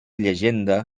llegenda